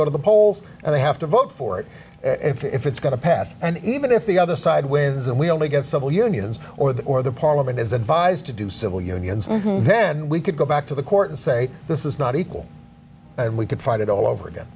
go to the polls and they have to vote for it if it's going to pass and even if the other side wins and we only get civil unions or the or the parliament is advised to do civil unions then we could go back to the court and say this is not equal and we can fight it all over again